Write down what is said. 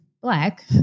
black